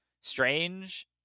strange